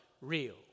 real